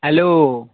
hello